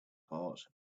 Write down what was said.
parts